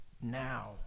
now